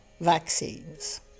vaccines